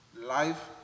life